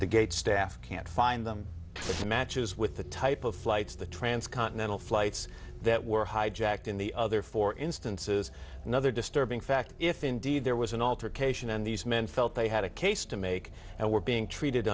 the gates staff can't find them matches with the type of flights the trans continental flights that were hijacked in the other four instances another disturbing fact if indeed there was an altercation and these men felt they had a case to make and were being treated